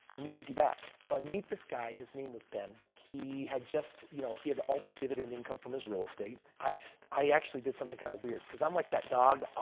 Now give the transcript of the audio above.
let me take you back. so i meet this guy, his name was ben. he had just you know he had all this dividend income from his real estate. i so i actually did something kind of weird. because i'm like that dog.